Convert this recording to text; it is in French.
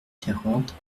quarante